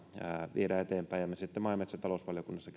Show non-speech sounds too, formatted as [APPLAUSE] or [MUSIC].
viedään eteenpäin ja jota me sitten maa ja metsätalousvaliokunnassa [UNINTELLIGIBLE]